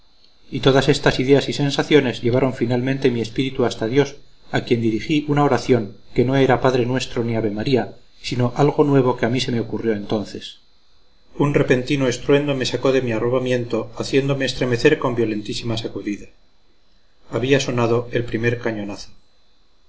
y todas estas ideas y sensaciones llevaron finalmente mi espíritu hasta dios a quien dirigí una oración que no era padre nuestro ni ave-maría sino algo nuevo que a mí se me ocurrió entonces un repentino estruendo me sacó de mi arrobamiento haciéndome estremecer con violentísima sacudida había sonado el primer cañonazo